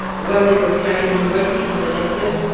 while they were carrying on working on the letter,